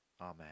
Amen